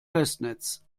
festnetz